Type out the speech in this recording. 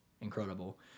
incredible